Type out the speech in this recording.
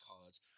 cards